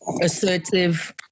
assertive